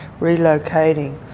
relocating